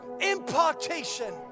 impartation